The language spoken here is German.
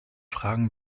fragen